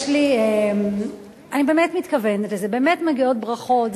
אני באמת מתכוונת לזה, באמת מגיעות ברכות.